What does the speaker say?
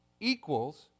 equals